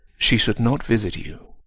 she should not visit you.